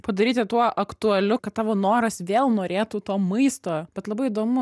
padaryti tuo aktualiu kad tavo noras vėl norėtų to maisto bet labai įdomu